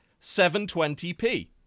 720p